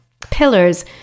pillars